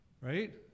Right